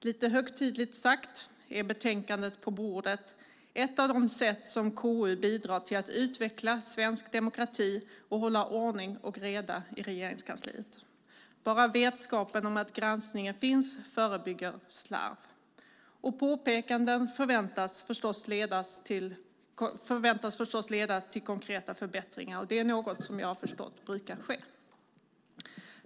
Lite högtidligt uttryckt är betänkandet på bordet ett av KU:s sätt att bidra till att utveckla svensk demokrati och till att hålla ordning och reda i Regeringskansliet. Bara vetskapen om att granskningen finns förebygger slarv. Påpekanden förväntas förstås leda till konkreta förbättringar, något som jag förstått brukar ske.